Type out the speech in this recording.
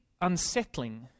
unsettling